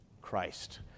Christ